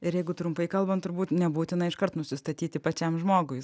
ir jeigu trumpai kalbant turbūt nebūtina iškart nusistatyti pačiam žmogui